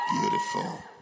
beautiful